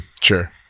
Sure